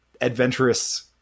adventurous